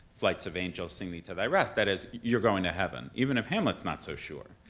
flights of angels, sing thee to thy rest, that is, you're going to heaven, even if hamlet's not so sure.